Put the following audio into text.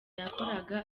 yakoraga